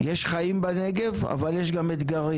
יש חיים בנגב, אבל יש גם אתגרים.